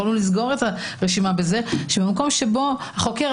יכולנו לסגור את הרשימה בזה שבמקום שבו החוקר,